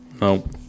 No